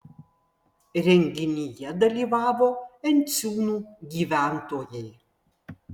renginyje dalyvavo enciūnų gyventojai